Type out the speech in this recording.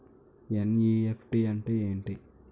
NEFT అంటే ఎంటి?